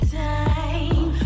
time